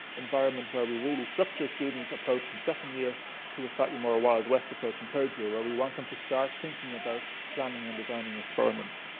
environment, where we really structure students' approach in second year to a slightly more wild west approach in third year, where we want them to start thinking about planning and designing experiments.